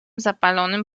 zapalonym